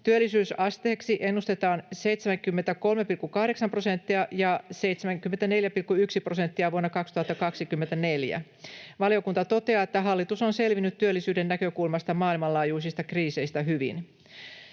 työllisyysasteeksi ennustetaan 73,8 prosenttia ja 74,1 prosenttia vuonna 2024. Valiokunta toteaa, että hallitus on selvinnyt työllisyyden näkökulmasta maailmanlaajuisista kriiseistä hyvin.